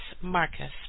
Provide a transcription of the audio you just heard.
Marcus